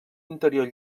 interior